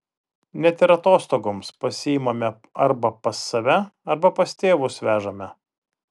net ir atostogoms pasiimame arba pas save arba pas tėvus vežame